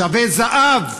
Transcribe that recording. שווה זהב.